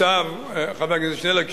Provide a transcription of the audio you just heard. חבר הכנסת שנלר,